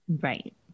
Right